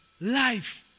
life